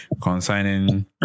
concerning